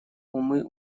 умы